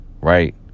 right